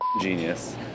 genius